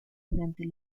durante